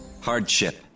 Hardship